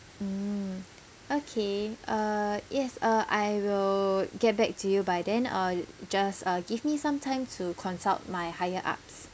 mm okay uh yes uh I will get back to you by then I'll just uh give me some time to consult my higher ups